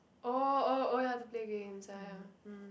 oh oh oh ya to play games ya ya um